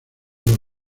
los